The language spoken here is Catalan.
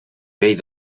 vell